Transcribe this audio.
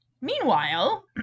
meanwhile